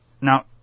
Now